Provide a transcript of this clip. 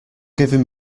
giving